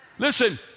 Listen